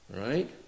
right